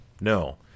No